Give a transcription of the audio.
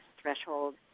threshold